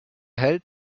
held